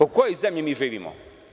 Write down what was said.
U kojoj zemlji mi živimo?